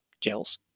Gels